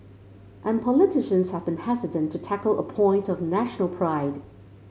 and politicians have been hesitant to tackle a point of national pride